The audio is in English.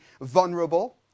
vulnerable